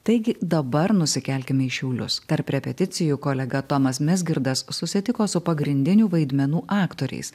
taigi dabar nusikelkime į šiaulius tarp repeticijų kolega tomas mizgirdas susitiko su pagrindinių vaidmenų aktoriais